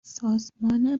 سازمان